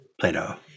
Plato